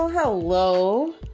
hello